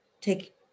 take